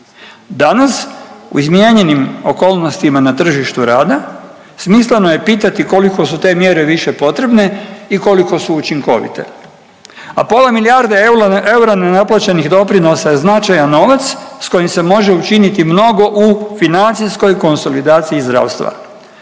Danas u izmijenjenim okolnostima na tržištu rada smisleno je pitati koliko su te mjere više potrebne i koliko su učinkovite, a pola milijarde eura nenaplaćenih doprinosa je značajan novac s kojim se može učiniti mnogo u financijskoj konsolidaciji zdravstva.